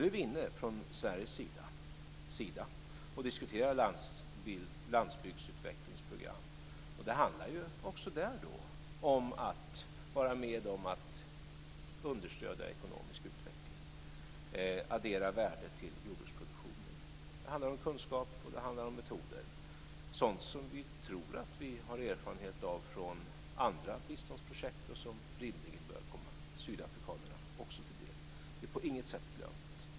Nu är vi inne från Sveriges sida via Sida och diskuterar landsbygdsutvecklingsprogram. Det handlar också där om att vara med och understödja ekonomisk utveckling och addera värdet till jordbruksproduktionen. Det handlar om kunskap och det handlar om metoder, sådant som vi tror att vi har erfarenhet av från andra biståndsprojekt och som rimligen också bör komma sydafrikanerna till del. Det är på inget sätt glömt.